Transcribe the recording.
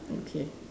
okay